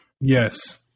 Yes